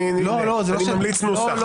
אני ממליץ נוסח.